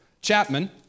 Chapman